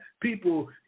people